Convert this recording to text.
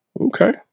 Okay